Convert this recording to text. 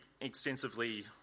extensively